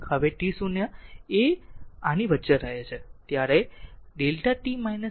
હવે t0 એ અને વચ્ચે રહે છે